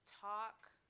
talk